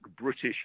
British